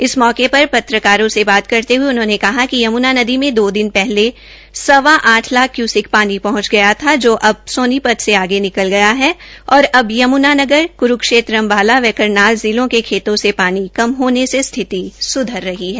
इस मौके पर पत्रकारों से बात करते हये उन्होंने कहा कि यमूना नदी में दो दिन पहले सवा आठ लाख क्यूसिक पानी पहंच गया था जो अब सोनीपत से आगे निकल गया है और अब यम्नानगर क्रूक्षेत्र अम्बाला व करनाल जिलों के खेतों से पानी कम होने से स्थिति सुधर रही है